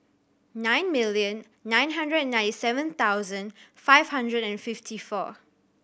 nine million nine hundred and ninety seven thousand five hundred and fifty four